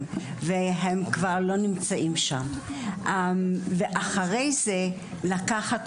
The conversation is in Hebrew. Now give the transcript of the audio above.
שהם עמדו בין ברק אחד לשני שעות אחרי שהם הגיעו